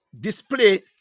display